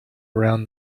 around